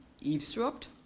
eavesdropped